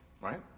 right